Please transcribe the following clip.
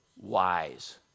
wise